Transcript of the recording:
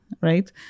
right